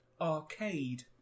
arcade